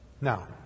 Now